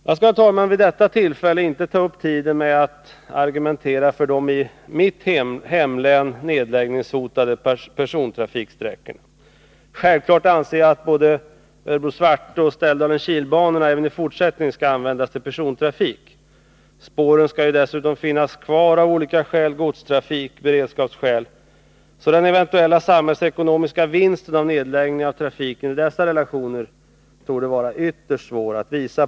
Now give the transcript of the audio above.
Jag skall, herr talman, vid detta tillfälle inte ta upp tiden med att argumentera för de i mitt hemlän nedläggningshotade persontrafiksträckorna. Självfallet anser jag att bandelarna Örebro-Svartå och Ställdalen-Kil skall användas till persontrafik. Spåren skall ju dessutom finnas kvar av olika skäl — för godstrafik och av beredskapsskäl. Så den eventuella samhällsekonomiska vinsten av nedläggningar av trafiken torde i dessa relationer vara ytterst svår att påvisa.